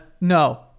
No